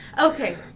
Okay